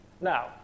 now